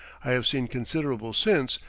i have seen considerable since,